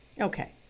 Okay